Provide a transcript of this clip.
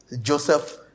Joseph